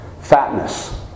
fatness